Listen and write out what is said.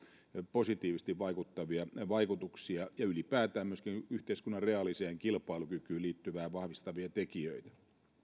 positiivisesti vaikuttavia vaikutuksia ja ylipäätään myöskin yhteiskunnan reaaliseen kilpailukykyyn liittyviä vahvistavia tekijöitä